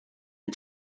the